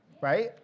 right